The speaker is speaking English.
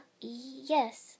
Yes